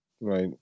Right